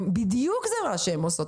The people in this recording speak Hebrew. זה בדיוק מה שהן עושות.